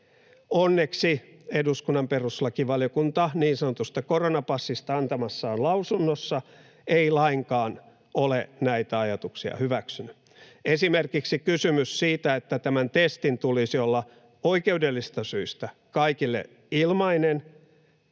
Onneksi eduskunnan perustuslakivaliokunta niin sanotusta koronapassista antamassaan lausunnossa ei lainkaan ole näitä ajatuksia hyväksynyt. Esimerkiksi se näkökohta, että tämän testin tulisi olla oikeudellisista syistä kaikille ilmainen,